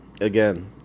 Again